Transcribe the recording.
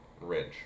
ridge